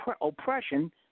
oppression